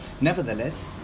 nevertheless